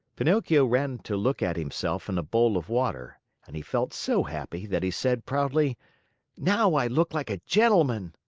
pinocchio ran to look at himself in a bowl of water, and he felt so happy that he said proudly now i look like a gentleman.